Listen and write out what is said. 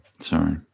Sorry